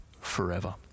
forever